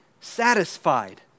satisfied